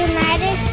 United